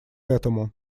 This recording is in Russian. этому